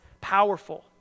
powerful